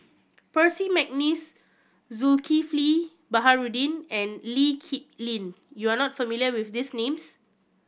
Percy McNeice Zulkifli Baharudin and Lee Kip Lin you are not familiar with these names